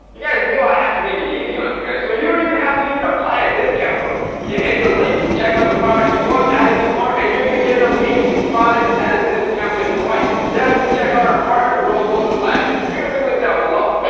you guys knew i had to make it easy on you guys so you don't even have to even apply a discount code. you hit the link to check out the product you want, add it to cart and you're gonna get an amazing product at a discounted price definitely check out our partner rose gold and black. they're gonna be linked down below.